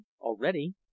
already